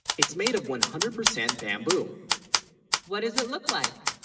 it's made of one hundred percent bamboo what does it look like?